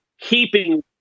keeping